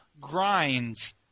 grinds